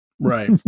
right